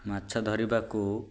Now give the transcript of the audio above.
ମାଛ ଧରିବାକୁ